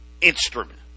instrument